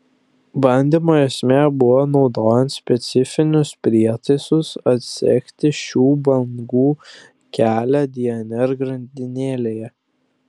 bandymo esmė buvo naudojant specifinius prietaisus atsekti šių bangų kelią dnr grandinėlėje